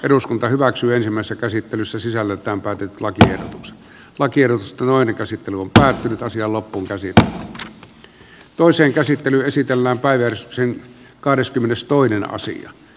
eduskunta hyväksyy ensimmäisessä käsittelyssä sisällöltään pakettilaki laki edusta maiden käsittely on päättynyt asian lopulta siitä toisen käsittely esitellään päivällispsin kahdeskymmenestoinen asia